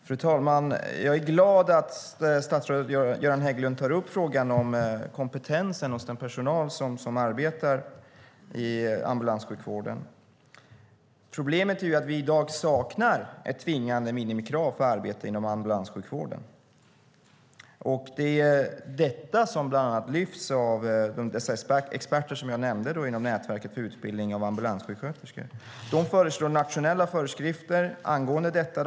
Fru talman! Jag är glad att statsrådet Göran Hägglund tar upp frågan om kompetensen hos den personal som arbetar inom ambulanssjukvården. Problemet är att vi i dag saknar ett tvingande minimikrav på arbete inom ambulanssjukvården. Det är bland annat detta som lyfts fram av de experter som jag nämnde inom Nätverket för utbildning av ambulanssjuksköterskor. De föreslår nationella föreskrifter angående detta.